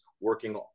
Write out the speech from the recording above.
working